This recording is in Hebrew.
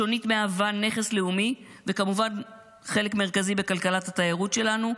השונית מהווה נכס לאומי וכמובן חלק מרכזי בכלכלת התיירות שלנו,